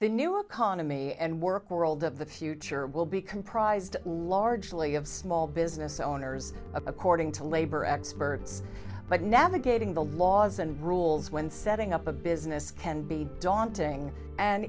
the new economy and work world of the future will be comprised largely of small business owners according to labor experts but navigating the laws and rules when setting up a business can be daunting and